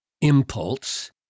impulse